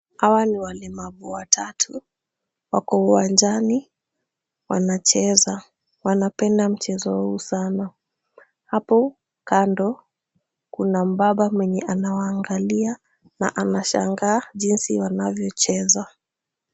Hawa ni walemavu watatu, wako uwanjani wanacheza. Wanapenda mchezo huu sana. Hapo kando kuna mbaba mwenye anawaangalia na anashangaa jinsi wanavyocheza.